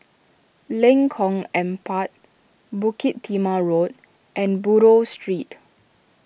Lengkong Empat Bukit Timah Road and Buroh Street